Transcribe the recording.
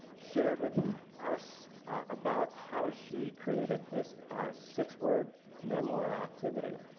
share with us about how she created this six word memoir activity